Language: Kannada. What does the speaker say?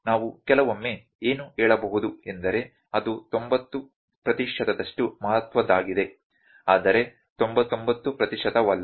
ಆದ್ದರಿಂದ ನಾವು ಕೆಲವೊಮ್ಮೆ ಏನು ಹೇಳಬಹುದು ಎಂದರೆ ಅದು 90 ಪ್ರತಿಶತದಷ್ಟು ಮಹತ್ವದ್ದಾಗಿದೆ ಆದರೆ 99 ಪ್ರತಿಶತವಲ್ಲ